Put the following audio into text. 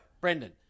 Brendan